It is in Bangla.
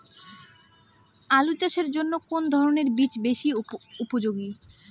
আলু চাষের জন্য কোন ধরণের বীজ বেশি উপযোগী?